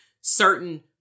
certain